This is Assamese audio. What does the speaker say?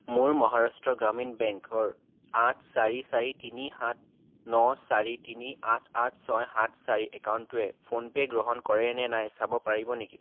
মোৰ মহাৰাষ্ট্ৰ গ্ৰামীণ বেংকৰ আঠ চাৰি চাৰি তিনি সাত ন চাৰি তিনি আঠ আঠ ছয় সাত চাৰি একাউণ্টটোৱে ফোন পে' গ্ৰহণ কৰে নে নাই চাব পাৰিব নেকি